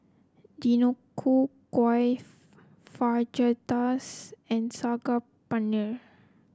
Deodeok Gui Fajitas and Saag Paneer